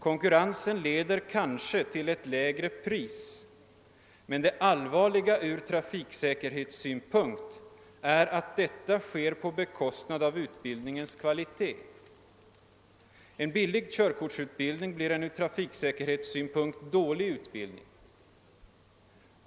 Konkurrensen leder kanske till ett lägre pris, men det allvarliga från trafiksäkerhetssynpunkt är att detta sker på bekostnad av utbildningens kvalitet. En billig körkortsutbildning blir en från trafiksäkerhetssynpunkt dålig utbildning.